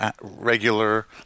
regular